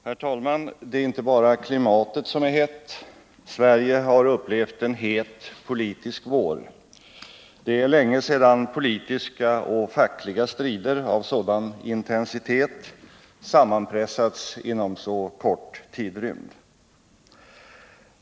Herr talman! Det är inte bara klimatet som är hett. Sverige har också upplevt en het politisk vår. Det är länge sedan politiska och fackliga strider av sådan intensitet sammanpressats inom en så kort tidrymd.